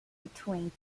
between